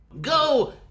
Go